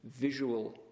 visual